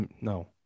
No